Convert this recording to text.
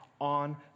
on